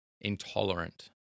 intolerant